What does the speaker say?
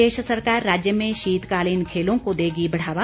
प्रदेश सरकार राज्य में शीतकालीन खेलों को देगी बढ़ावा